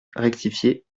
rectifié